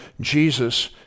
Jesus